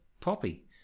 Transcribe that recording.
Poppy